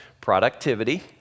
productivity